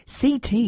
CT